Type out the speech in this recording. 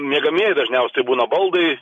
miegamieji dažniausiai būna baldai